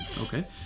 okay